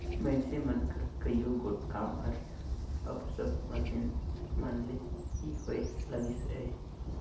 मइनसे मन कर कइयो गोट काम हर अब सब मसीन मन ले ही होए लगिस अहे